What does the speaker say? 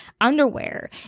underwear